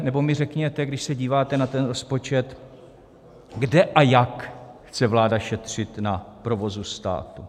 Nebo mi řekněte, když se díváte na ten rozpočet, kde a jak chce vláda šetřit na provozu státu.